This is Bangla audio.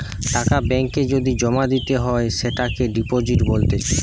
টাকা ব্যাঙ্ক এ যদি জমা দিতে হয় সেটোকে ডিপোজিট বলতিছে